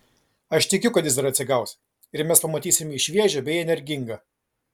aš tikiu kad jis dar atsigaus ir mes pamatysime jį šviežią bei energingą